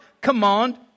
command